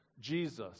Jesus